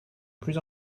plus